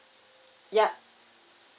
yup